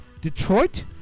Detroit